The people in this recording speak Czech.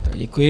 Děkuji.